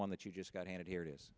one that you just got handed here it is